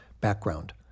Background